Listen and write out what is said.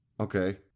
Okay